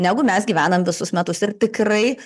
negu mes gyvenam visus metus ir tikrai